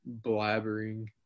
blabbering